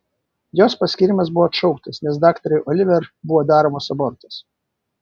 jos paskyrimas buvo atšauktas nes daktarei oliver buvo daromas abortas